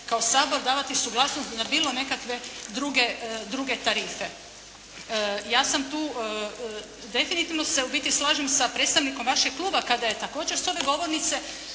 kao Sabor davati suglasnost na bilo nekakve druge tarife. Ja sam tu definitivno se u biti slažem sa predstavnikom vašeg kluba kada je također sa ove govornice